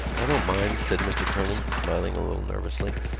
i don't mind, said mr. kernan, smiling a little nervously.